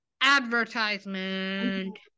advertisement